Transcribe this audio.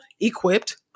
equipped